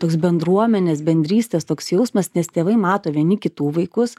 toks bendruomenės bendrystės toks jausmas nes tėvai mato vieni kitų vaikus